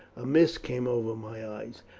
a mist came over my eyes.